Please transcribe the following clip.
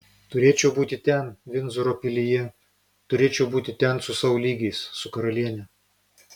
turėčiau būti ten vindzoro pilyje turėčiau būti ten su sau lygiais su karaliene